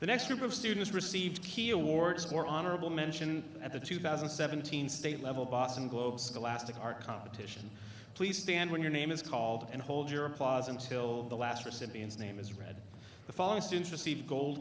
the next group of students received key awards for honorable mention at the two thousand and seventeen state level boston globe scholastic art competition please stand when your name is called and hold your applause until the last recipients name is read the following students receive gold